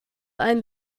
ein